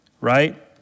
right